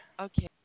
Okay